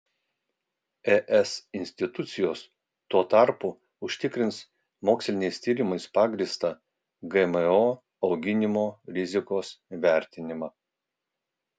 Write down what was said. es institucijos tuo tarpu užtikrins moksliniais tyrimais pagrįstą gmo auginimo rizikos vertinimą